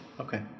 Okay